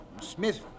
Smith